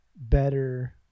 better